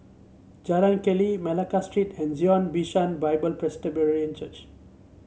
Jalan Keli Malacca Street and Zion Bishan Bible Presbyterian Church